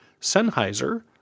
Sennheiser